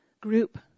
group